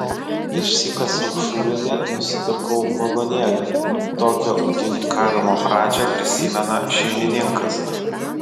išsikasiau šulinį nusipirkau vagonėlį tokią ūkininkavimo pradžią prisimena šeimininkas